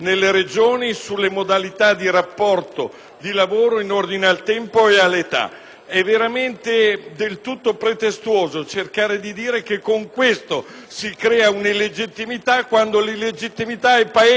di lavoro in ordine al tempo e all'età. È del tutto pretestuoso cercare di dire che con questo si creerà una illegittimità, quando l'illegittimità è palese allo stato di fatto. ADAMO